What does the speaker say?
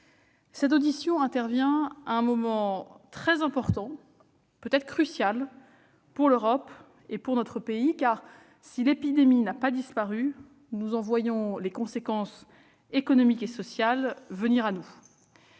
Ce débat intervient à un moment très important- peut-être crucial -pour l'Europe et pour notre pays, car si l'épidémie n'a pas disparu, ses conséquences économiques et sociales apparaissent.